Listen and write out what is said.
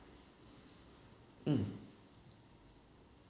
mm